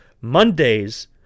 Mondays